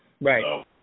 Right